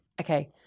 Okay